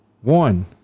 One